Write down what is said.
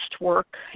work